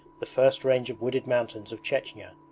the first range of wooded mountains of chechnya.